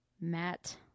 matt